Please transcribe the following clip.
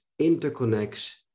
interconnects